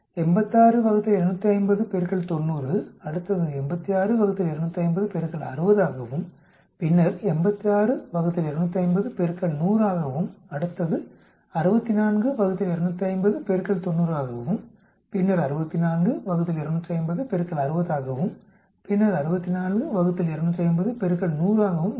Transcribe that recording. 86 ÷ 250 90 அடுத்தது 86 ÷ 250 60 ஆகவும் பின்னர் 86 ÷ 250 100 ஆகவும் அடுத்தது 64 ÷ 250 90 ஆகவும் பின்னர் 64 ÷ 250 60 ஆகவும் பின்னர் 64 ÷ 250 100 ஆகவும் இருக்கும்